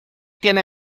tiene